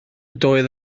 doedd